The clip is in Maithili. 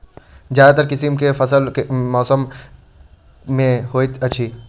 ज्यादातर किसिम केँ फसल केँ मौसम मे होइत अछि?